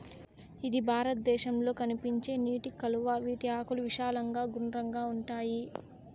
ఇది భారతదేశంలో కనిపించే నీటి కలువ, వీటి ఆకులు విశాలంగా గుండ్రంగా ఉంటాయి